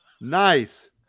nice